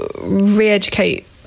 re-educate